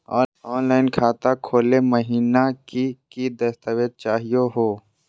Online खाता खोलै महिना की की दस्तावेज चाहीयो हो?